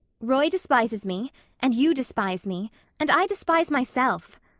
roy despises me and you despise me and i despise myself.